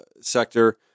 sector